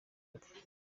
y’epfo